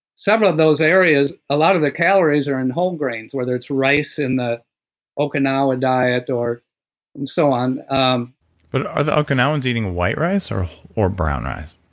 several of those areas, a lot of the calories are in whole grains, whether it's rice in okinawa diet or so on um but are the okinawans eating white rice or or brown rice?